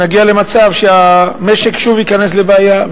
נגיע למצב שהמשק שוב ייכנס לבעיה.